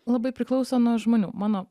labai priklauso nuo žmonių mano